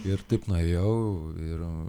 ir taip nuėjau ir